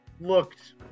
looked